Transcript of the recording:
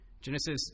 Genesis